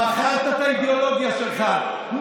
מכרת את האידיאולוגיה שלך,